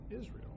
Israel